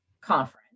conference